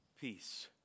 peace